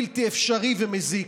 בלתי אפשרי ומזיק.